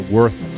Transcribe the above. Worth